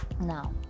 Now